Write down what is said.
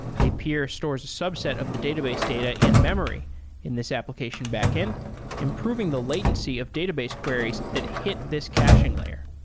a peer stores a subset of the database data in-memory in this application backend improving the latency of database queries that hit this caching layer.